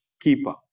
keeper